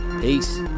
Peace